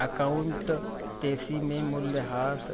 accountancy में मूल्यह्रास